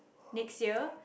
next year